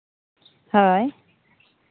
ᱦᱳᱭ